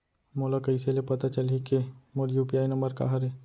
मोला कइसे ले पता चलही के मोर यू.पी.आई नंबर का हरे?